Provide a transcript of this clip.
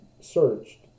searched